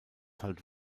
halt